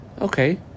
Okay